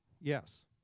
Yes